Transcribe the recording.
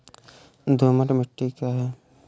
दोमट मिट्टी क्या है?